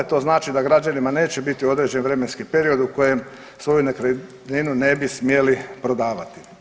To znači da građanima neće biti određen vremenski period u kojem svoju nekretninu ne bi smjeli prodavati.